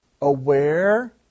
aware